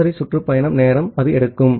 சராசரி சுற்று பயண நேரம் அது எடுக்கும்